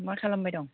मा खालामबाय दं